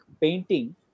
painting